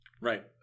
Right